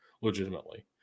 Legitimately